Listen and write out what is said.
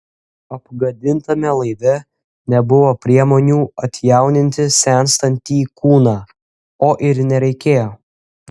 apgadintame laive nebuvo priemonių atjauninti senstantį kūną o ir nereikėjo